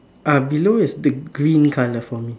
uh below is the green colour for me